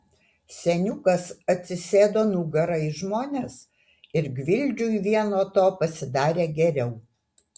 seniukas atsisėdo nugara į žmones ir gvildžiui vien nuo to pasidarė geriau